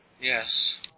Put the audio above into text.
Yes